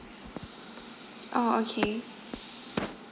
orh okay